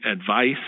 advice